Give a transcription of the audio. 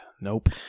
nope